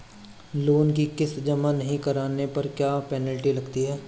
Loan की किश्त जमा नहीं कराने पर क्या पेनल्टी लगती है?